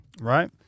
right